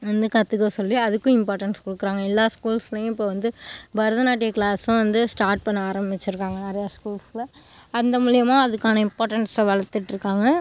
வந்து கற்றுக்க சொல்லி அதுக்கும் இம்பார்ட்டன்ஸ் கொடுக்குறாங்க எல்லா ஸ்கூல்ஸ்லேயும் இப்போ வந்து பாரதநாட்டிய க்ளாஸும் வந்து ஸ்டார்ட் பண்ண ஆரமிச்சுருக்காங்க நிறையா ஸ்கூல்ஸ்சில் அந்த மூலயமா அதுக்கான இம்பார்ட்டன்ஸை வளர்த்துட்டு இருக்காங்க